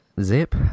zip